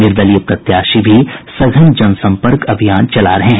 निर्दलीय प्रत्याशी भी सघन जनसम्पर्क अभियान चला रहे हैं